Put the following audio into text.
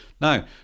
Now